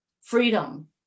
freedom